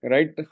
Right